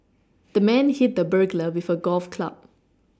the man hit the burglar with a golf club